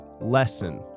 lesson